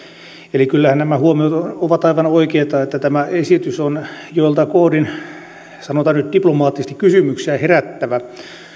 eli kyllähän nämä huomiot ovat aivan oikeita että tämä esitys on joiltain kohdin sanotaan nyt diplomaattisesti kysymyksiä herättävä